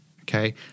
okay